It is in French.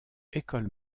école